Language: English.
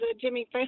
Jimmy